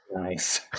nice